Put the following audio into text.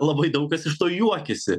labai daug kas iš to juokiasi